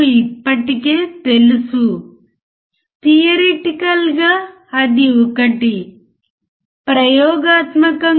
కాబట్టి ఓసిల్లోస్కోప్ను అర్థం చేసుకోవడానికి ప్రయత్నించండి